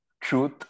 truth